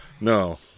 No